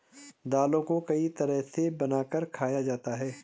दालों को कई तरह से बनाकर खाया जाता है